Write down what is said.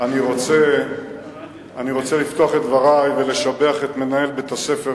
אני רוצה לפתוח את דברי ולשבח את מנהל בית-הספר,